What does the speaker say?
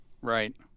right